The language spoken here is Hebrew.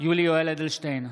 יולי יואל אדלשטיין,